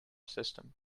system